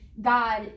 God